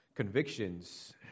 Convictions